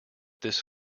this